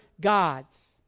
gods